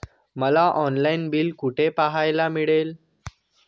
मला online bill कुठे पाहायला मिळेल?